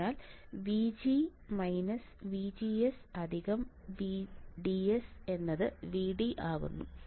അതിനാൽ VG VGS VDS VD